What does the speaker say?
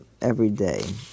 everyday